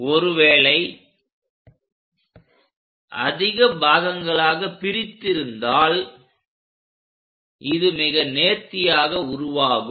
ஒருவேளை அதிக பாகங்களாக பிரித்து இருந்தால் இது மிக நேர்த்தியாக உருவாகும்